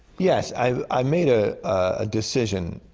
yes. i i made a a decision,